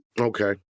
Okay